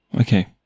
Okay